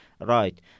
right